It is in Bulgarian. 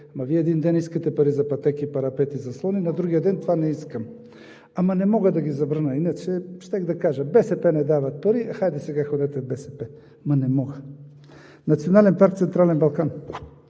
Вие един ден искате пари за пътеки, парапети и заслони, а на другия ден – не искате. Но не мога да ги забраня, иначе щях да кажа: БСП не дава пари, хайде сега ходете в БСП. Но не мога! Национален парк „Централен Балкан“